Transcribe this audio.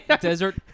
desert